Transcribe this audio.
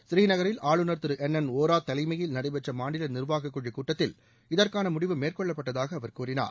ஸ்ரீநகரில் ஆளுநர் திரு என் என் வோரா தலைமையில் நடைபெற்ற மாநில நிர்வாக குழுக் கூட்டத்தில் இதற்கான முடிவு மேற்கொள்ளப்பட்டதாக அவர் கூறினார்